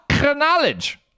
knowledge